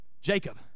Jacob